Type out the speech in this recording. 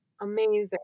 amazing